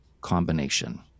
combination